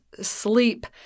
sleep